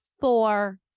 four